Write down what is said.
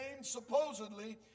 supposedly